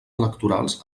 electorals